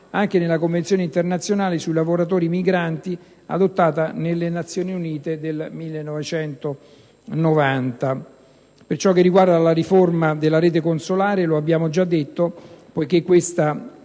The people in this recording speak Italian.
anche nella Convenzione internazionale sui lavoratori migranti, adottata dalle Nazioni Unite nel 1990. Per ciò che riguarda la riforma della rete consolare - lo abbiamo già detto - poiché la